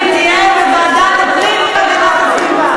תהיה בוועדת הפנים והגנת הסביבה.